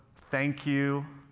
thank you.